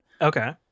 Okay